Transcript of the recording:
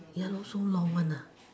ya so long one